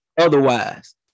otherwise